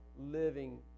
living